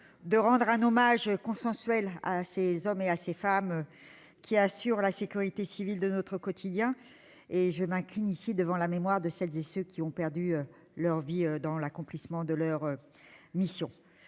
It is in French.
de rendre un hommage consensuel à ces hommes et à ces femmes qui assurent la sécurité civile de notre quotidien ; je m'incline ici devant la mémoire de celles et ceux qui ont perdu leur vie dans l'accomplissement de leur mission.